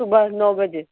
صبح نو بجے